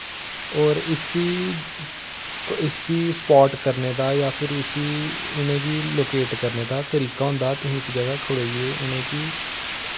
होर इसी इसी स्पॉट करने दा जां फिर इसी इ'नें गी लोकेट करने दा तरीका होंदा तुसी इक जगह् खड़ोइयै इ'नेंगी